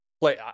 play